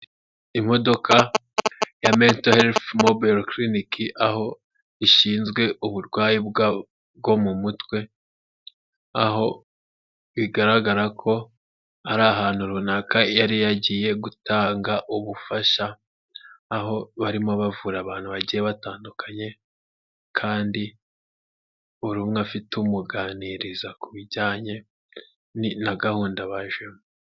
Imodoka ya mento helifu mobayiro kirinike aho ishinzwe uburwayi bwo mu mutwe, aho bigaragara ko ari ahantu runaka, yari yagiye gutanga ubufasha aho barimo bavura abantu bagiye batandukanye, kandi buri umwe afite umuganiriza ku bijyanye na gahunda bajemo.